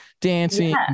dancing